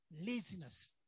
laziness